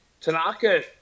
Tanaka